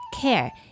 care